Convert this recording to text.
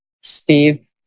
Steve